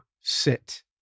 sit